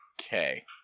Okay